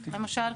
למשל,